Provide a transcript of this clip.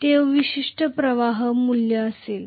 हे अवशिष्ट प्रवाह मूल्य असेल